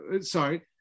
Sorry